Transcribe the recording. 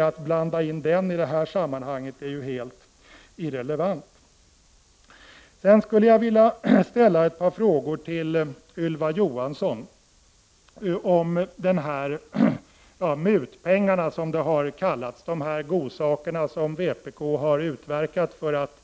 Att blanda in den i detta sammanhang är helt irrelevant. Sedan skulle jag vilja ställa ett par frågor till Ylva Johansson om ”mutpengarna”, som de har kallats, de godsaker som vpk har utverkat för att